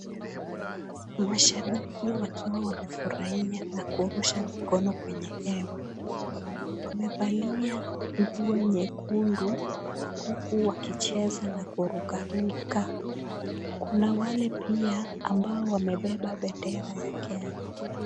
Mashabiki wakiwa wamefurahia na kurusha mikono kwenye hewa. Wamevalia nguo nyekundu huku wakicheza na kurukaruka. Kuna wale pia ambao wamebeba bendera ya Kenya.